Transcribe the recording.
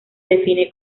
define